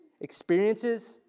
experiences